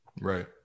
Right